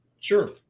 sure